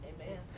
Amen